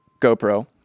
GoPro